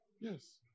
yes